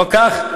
לא כך?